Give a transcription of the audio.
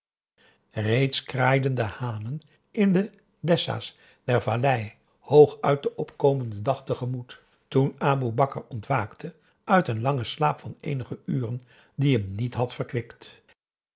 reeds kraaiden de hanen in de dessas der vallei hooguit den opkomenden dag tegemoet toen aboe bakar ontwaakte uit een langen slaap van eenige uren die hem niet had verkwikt